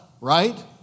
right